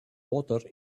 water